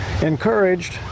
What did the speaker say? encouraged